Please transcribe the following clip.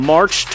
March